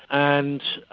and,